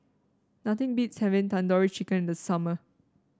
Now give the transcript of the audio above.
nothing beats having Tandoori Chicken in the summer